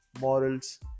morals